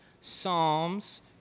Psalms